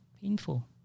painful